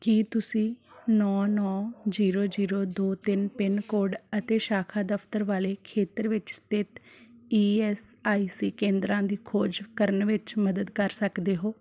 ਕੀ ਤੁਸੀਂ ਨੌ ਨੌ ਜੀਰੋ ਜੀਰੋ ਦੋ ਤਿੰਨ ਪਿੰਨ ਕੋਡ ਅਤੇ ਸ਼ਾਖਾ ਦਫ਼ਤਰ ਵਾਲੇ ਖੇਤਰ ਵਿੱਚ ਸਥਿਤ ਈ ਐੱਸ ਆਈ ਸੀ ਕੇਂਦਰਾਂ ਦੀ ਖੋਜ ਕਰਨ ਵਿੱਚ ਮਦਦ ਕਰ ਸਕਦੇ ਹੋ